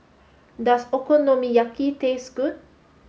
does Okonomiyaki taste good